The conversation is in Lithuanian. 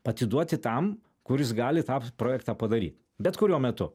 atiduoti tam kuris gali tą p projektą padaryt bet kuriuo metu